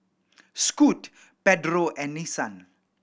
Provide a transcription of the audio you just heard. Scoot Pedro and Nissan